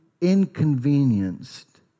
inconvenienced